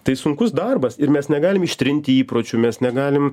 tai sunkus darbas ir mes negalim ištrinti įpročių mes negalim